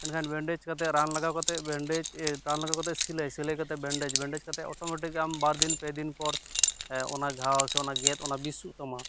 ᱢᱮᱱᱠᱷᱟᱱ ᱵᱮᱱᱰᱮᱡᱽ ᱠᱟᱛᱮ ᱨᱟᱱ ᱞᱟᱜᱟᱣ ᱠᱟᱛᱮ ᱵᱮᱱᱰᱮᱡ ᱨᱟᱱ ᱞᱟᱜᱟᱣ ᱠᱟᱛᱮ ᱥᱤᱞᱟᱹᱭ ᱥᱤᱞᱟᱹᱭ ᱠᱟᱛᱮ ᱵᱮᱱᱰᱮᱡᱽ ᱵᱮᱱᱰᱮᱡᱽ ᱠᱟᱛᱮ ᱚᱴᱳᱢᱮᱴᱤᱠ ᱟᱢ ᱵᱟᱨᱫᱤᱱ ᱯᱮᱫᱤᱱ ᱯᱚᱨ ᱚᱱᱟ ᱜᱷᱟᱣ ᱥᱮ ᱚᱱᱟ ᱜᱮᱫᱽ ᱚᱱᱟ ᱵᱮᱥᱚ ᱛᱟᱢᱟ